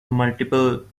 multiple